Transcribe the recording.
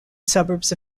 suburbs